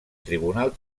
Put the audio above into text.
tribunal